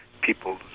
people